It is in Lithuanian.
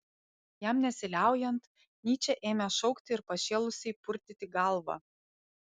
jam nesiliaujant nyčė ėmė šaukti ir pašėlusiai purtyti galvą